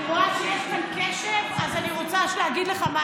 אני רואה שיש כאן קשב, אז אני רוצה להגיד לך משהו.